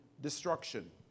destruction